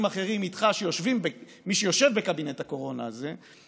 אחרים איתך שיושבים בקבינט הקורונה הזה,